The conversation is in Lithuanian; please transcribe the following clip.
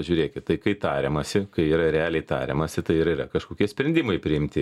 žiūrėkit tai kai tariamasi kai yra realiai tariamasi tai ir yra kažkokie sprendimai priimti